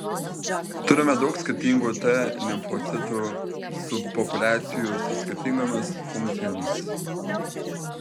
turime daug skirtingų t limfocitų subpopuliacijų su skirtingomis funkcijomis